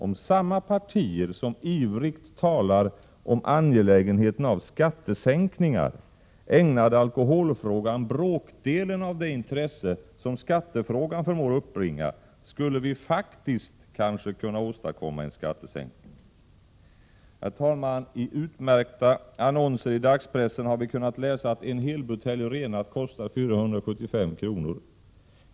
Om samma partier som ivrigt talar om angelägenheten av skattesänkningar ägnade alkoholfrågan bråkdelen av det intresse som skattefrågan förmår väcka, skulle vi faktiskt kanske kunna åstadkomma en skattesänkning. Herr talman! I utmärkta annonser i dagspressen har vi kunnat läsa att en helbutelj Renat kostar 475 kr.